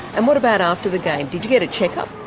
and what about after the game, did you get a check-up?